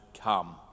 come